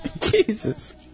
Jesus